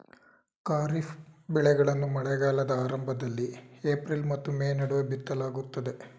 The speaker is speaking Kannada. ಖಾರಿಫ್ ಬೆಳೆಗಳನ್ನು ಮಳೆಗಾಲದ ಆರಂಭದಲ್ಲಿ ಏಪ್ರಿಲ್ ಮತ್ತು ಮೇ ನಡುವೆ ಬಿತ್ತಲಾಗುತ್ತದೆ